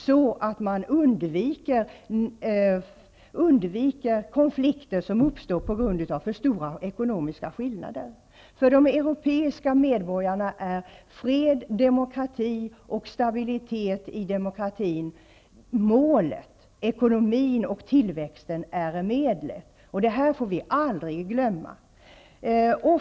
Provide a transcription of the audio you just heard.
Därmed undviker man konflikter som uppstår på grund av för stora ekonomiska skillnader. För de europeiska medborgarna är fred, demokrati och stabilitet i demokratin målet, medan ekonomin och tillväxten är medlet. Det får vi aldrig glömma.